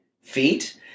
feet